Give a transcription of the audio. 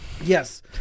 Yes